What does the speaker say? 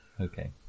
Okay